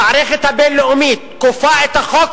המערכת הבין-לאומית כופה את החוק